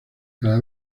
cada